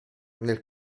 nel